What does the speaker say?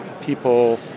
people